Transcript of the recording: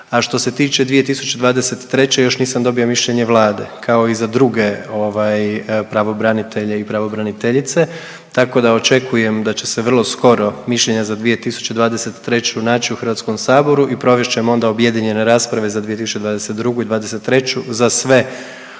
A što se tiče 2023. još nisam dobio mišljenje Vlade kao i za druge pravobranitelje i pravobraniteljice tako da očekujem da će vrlo skoro mišljenja za 2023. naći u Hrvatskom saboru i provest ćemo onda objedinjene rasprave za 2022. i '23. za sve